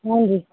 ಹ್ಞೂ ರೀ